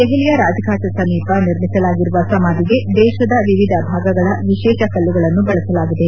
ದೆಹಲಿಯ ರಾಜ್ಫಾಟ್ ಸಮೀಪ ನಿರ್ಮಿಸಲಾಗಿರುವ ಸಮಾಧಿಗೆ ದೇಶದ ವಿವಿಧ ಭಾಗಗಳ ವಿಶೇಷ ಕಲ್ಲುಗಳನ್ನು ಬಳಸಲಾಗಿದೆ